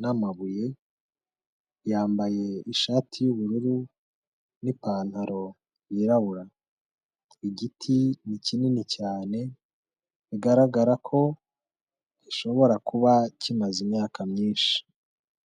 n'amabuye, yambaye ishati y'ubururu n'ipantaro y'irabura, igiti ni kinini cyane, bigaragara ko gishobora kuba kimaze imyaka myinshi.